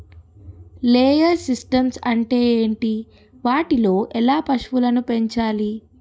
Layer systems అంటే ఏంటి? వాటిలో ఎలా పశువులను పెంచాలి?